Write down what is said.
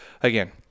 again